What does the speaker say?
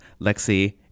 Lexi